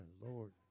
Lord